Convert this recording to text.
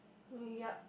yeap